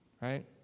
right